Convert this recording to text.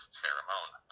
pheromone